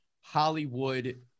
Hollywood